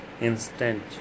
instant